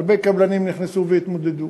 הרבה קבלנים נכנסו והתמודדו.